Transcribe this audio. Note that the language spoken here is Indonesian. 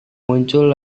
muncul